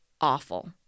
awful